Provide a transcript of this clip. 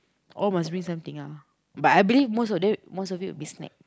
all must bring something ah but I believe most of them most of it will be snack